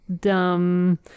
dumb